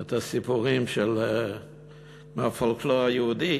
את הסיפורים מהפולקלור היהודי.